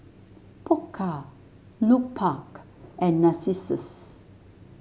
Pokka Lupark and Narcissus